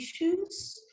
issues